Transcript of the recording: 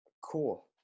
Cool